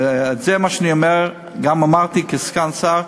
וגם אמרתי כסגן שר,